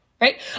right